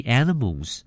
animals